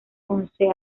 once